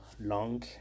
long